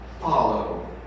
follow